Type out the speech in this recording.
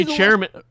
chairman